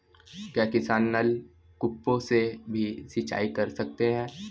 क्या किसान नल कूपों से भी सिंचाई कर सकते हैं?